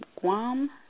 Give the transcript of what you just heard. Guam